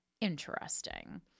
interesting